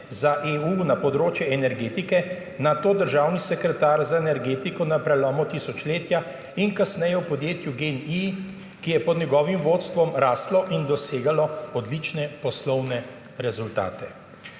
za EU na področju energetike, nato državni sekretar za energetiko na prelomu tisočletja in kasneje v podjetju GEN-I, ki je pod njegovim vodstvom raslo in dosegalo odlične poslovne rezultate.